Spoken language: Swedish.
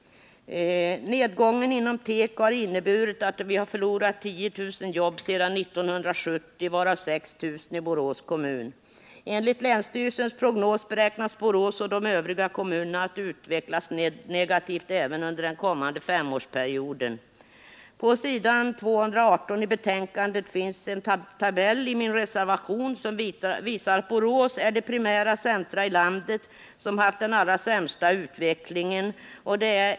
Nedgången inom teko har inneburit att vi har förlorat 10 000 jobb sedan 1970, varav 6 000 i Borås kommun. Enligt länsstyrelsens prognos torde Borås och de övriga kommunerna utvecklas negativt även under den kommande femårsperioden. I min reservation finns på s. 218 i betänkandet en tabell som visar att Borås är det primära centrum i landet som haft den allra sämsta utvecklingen.